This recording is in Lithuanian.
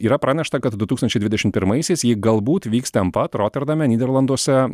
yra pranešta kad du tūkstančiai dvidešimt pirmaisiais ji galbūt vyks ten pat roterdame nyderlanduose